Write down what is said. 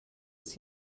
ist